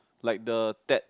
like the tap